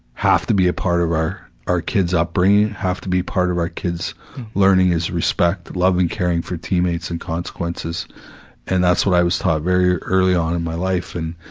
have to be a part of our, our kids' upbringing, have to be a part of our kids' learning is respect, love and caring for teammates and consequences and that's what i was taught very early on in my life and,